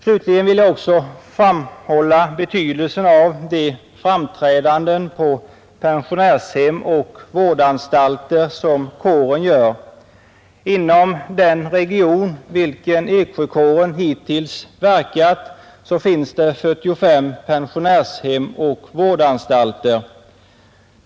Slutligen vill jag framhålla betydelsen av de framträdanden på pensionärshem och vårdanstalter som kåren gör. Inom den region i vilken Eksjökåren hittills verkat finns 45 pensionärshem och vårdanstalter.